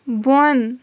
بۄن